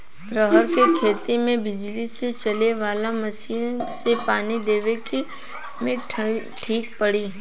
रहर के खेती मे बिजली से चले वाला मसीन से पानी देवे मे ठीक पड़ी?